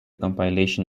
compilation